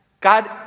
God